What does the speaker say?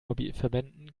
lobbyverbänden